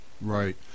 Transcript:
Right